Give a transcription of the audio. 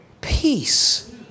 peace